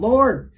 Lord